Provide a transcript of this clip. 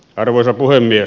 arvoisa puhemies